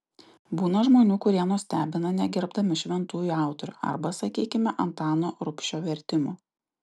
būna žmonių kurie nustebina negerbdami šventųjų autorių arba sakykime antano rubšio vertimų